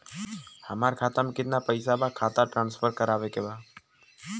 हमारे खाता में कितना पैसा बा खाता ट्रांसफर करावे के बा?